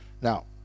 Now